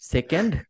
Second